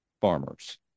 farmers